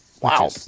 Wow